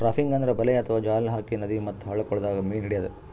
trapping ಅಂದ್ರ ಬಲೆ ಅಥವಾ ಜಾಲ್ ಹಾಕಿ ನದಿ ಮತ್ತ್ ಹಳ್ಳ ಕೊಳ್ಳದಾಗ್ ಮೀನ್ ಹಿಡ್ಯದ್